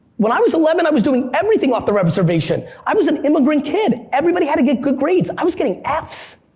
when i was eleven, i was doing everything off the reservation. i was an immigrant kid, everybody had to get good grades, i was getting f's.